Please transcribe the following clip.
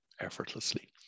effortlessly